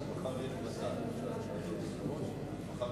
רבותי חברי הכנסת, אני מתכבד לחדש את הישיבה.